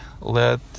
let